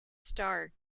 star